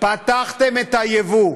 פתחתם את הייבוא.